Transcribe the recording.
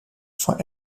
for